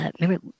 Remember